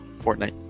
Fortnite